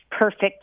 perfect